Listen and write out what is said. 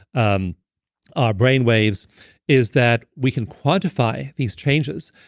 um our brain waves is that we can quantify these changes.